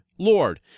Lord